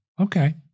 Okay